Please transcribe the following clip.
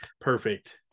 perfect